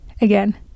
again